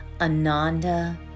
Ananda